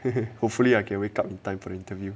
hopefully I can wake up in time for the interview